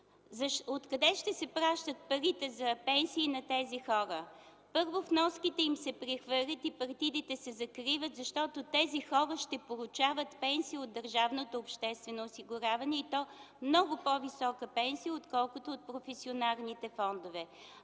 Откъде ще се плащат парите за пенсии на тези хора? Първо, вноските им се прехвърлят и партидите се закриват, защото тези хора ще получават пенсия от държавното обществено осигуряване, и то много по-висока пенсия, отколкото от професионалните фондове.